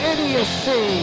Idiocy